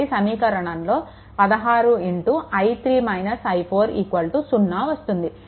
కాబట్టి సమీకరణంలో 16i3 - i4 0 వస్తుంది